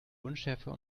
unschärfer